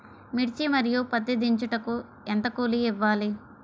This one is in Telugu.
మిర్చి మరియు పత్తి దించుటకు ఎంత కూలి ఇవ్వాలి?